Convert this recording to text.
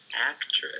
actress